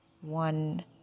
one